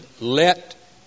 let